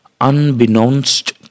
Unbeknownst